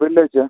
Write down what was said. വെള്ളിയാഴ്ചയോ